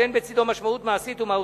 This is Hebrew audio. שאין בצדו משמעות מעשית ומהותית,